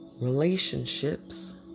relationships